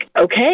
okay